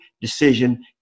decision